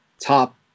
top